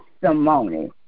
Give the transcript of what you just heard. testimony